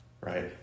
right